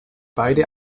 beide